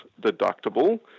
deductible